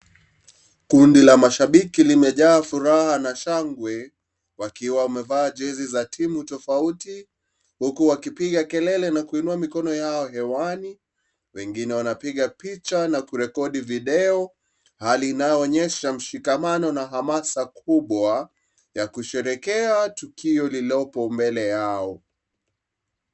Kundi la mashabilki limejaa furaha na shangwe wakiwa wamevaa jezi za timu tofauti, huku wakipiga kelele na kuinua mikono yao hewani. Wengine wanapiga picha na kurekodi video, hali inayoonesha mshikamano na hamasa kubwa ya kusherehekea tukio lililopo mbele yao.